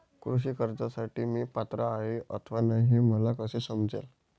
कृषी कर्जासाठी मी पात्र आहे अथवा नाही, हे मला कसे समजेल?